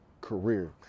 career